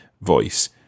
voice